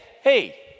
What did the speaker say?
hey